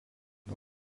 nuo